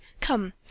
Come